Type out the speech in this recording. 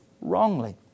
wrongly